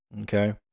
Okay